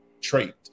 trait